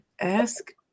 ask